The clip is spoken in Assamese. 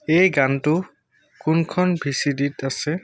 এই গানটো কোনখন ভি চি ডি ত আছে